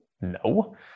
no